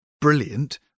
brilliant